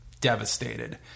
devastated